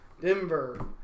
Denver